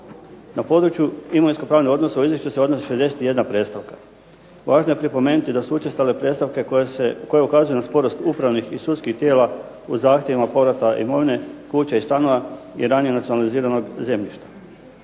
Na području imovinsko-pravnih odnosa u izvješću se …/Ne razumije se./… 61 predstavka. Važno je pripomenuti da su učestale predstavke koje ukazuju na sporost upravnih i sudskih tijela u zahtjevima povrata imovine, kuća i stanova i ranije nacionaliziranog zemljišta.